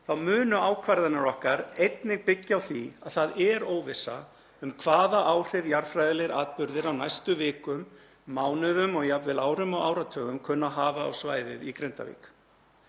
munu ákvarðanir okkar einnig byggja á því að það er óvissa um hvaða áhrif jarðfræðilegir atburðir á næstu vikum, mánuðum og jafnvel árum og áratugum kunna að hafa á svæðið í Grindavík.